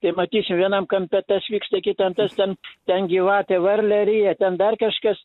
tai matysim vienam kampe tas vyksta kitam tas ten ten gyvatė varlę ryja ten dar kažkas